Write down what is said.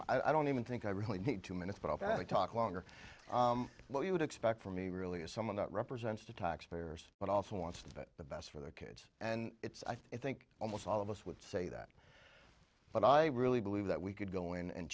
can i don't even think i really need two minutes but i'll have to talk longer what you would expect from me really is someone that represents the talks players but also wants to get the best for their kids and it's i think almost all of us would say that but i really believe that we could go in and